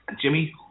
Jimmy